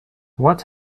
what